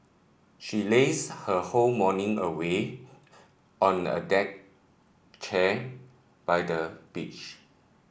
she lazed her whole morning away on a deck chair by the beach